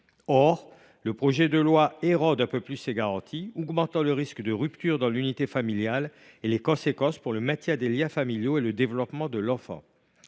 Or le projet de loi érode un peu plus ces garanties, augmentant ainsi les risques de ruptures dans l’unité familiale, ce qui n’est pas sans conséquence pour le maintien des liens familiaux et le développement de l’enfant.